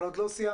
עוד לא סיימת.